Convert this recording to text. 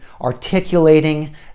articulating